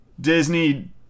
Disney